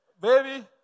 baby